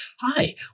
hi